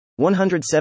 107